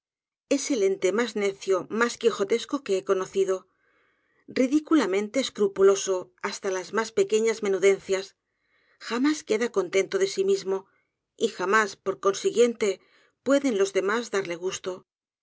es el ente mas necio mas quijotesco que he conocido ridiculamente escrupuloso hasta en las ma s pequeñas menudencias jamás queda contento de sí mismo y jaflcijás por consiguiente pueden los demás darle gusto